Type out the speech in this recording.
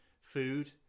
Food